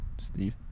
Steve